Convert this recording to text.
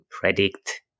predict